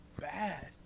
bad